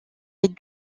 est